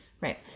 Right